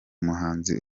muhanzi